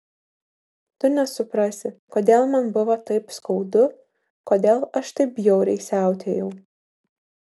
tu nesuprasi kodėl man buvo taip skaudu kodėl aš taip bjauriai siautėjau